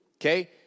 Okay